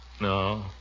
No